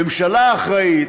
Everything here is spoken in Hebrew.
ממשלה אחראית,